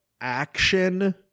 action